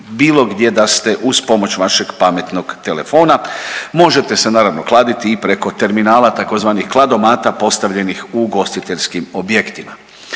bilo gdje da ste uz pomoć vašeg pametnog telefona. Možete se naravno kladiti i preko terminala tzv. kladomata postavljenih u ugostiteljskim objektima.